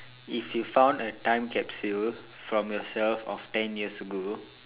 if you found a time capsule from yourself of ten years ago